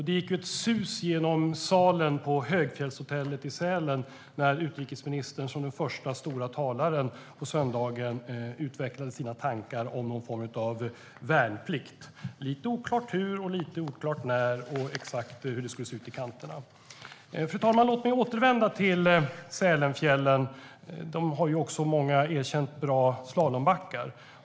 Det gick ett sus genom salen på Högfjällshotellet i Sälen när utrikesministern som första stora talare på söndagen utvecklade sina tankar om någon form av värnplikt - lite oklart hur och när och exakt hur det skulle se ut i kanterna. Fru talman! Låt mig återvända till ämnet Sälenfjällen! De har ju många erkänt bra slalombackar.